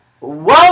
Whoa